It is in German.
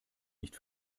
nicht